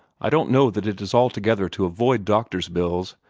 i don't know that it is altogether to avoid doctor's bills,